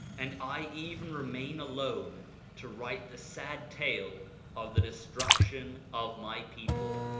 and i even remain alone to write the sad tale of the destruction of my people.